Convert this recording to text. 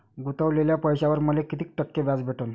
गुतवलेल्या पैशावर मले कितीक टक्के व्याज भेटन?